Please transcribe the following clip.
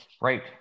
Right